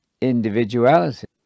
individuality